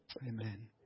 Amen